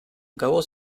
acabó